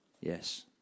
Yes